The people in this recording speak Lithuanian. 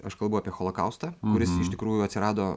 aš kalbu apie holokaustą kuris iš tikrųjų atsirado